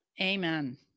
Amen